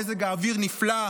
מזג האוויר נפלא.